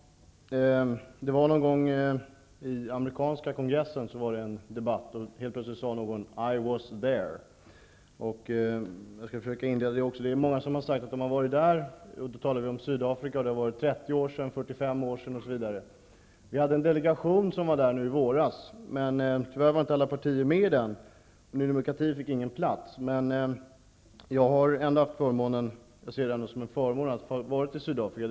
Herr talman! Det var en debatt i amerikanska kongressen och helt plötsligt sade någon ''I was there.'' Jag skall försöka inleda på samma sätt. Det är många som har sagt att de har varit där, och då talar vi om Sydafrika. Det har varit 30 år sedan, 45 En delegation var där i våras. Men tyvärr var inte alla partier med i den. Ny demokrati fick ingen plats. Men jag har ändå haft förmånen -- jag ser det som en förmån -- att ha varit i Sydafrika.